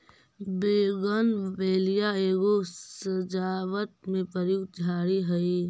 bougainvillea एगो सजावट में प्रयुक्त झाड़ी हई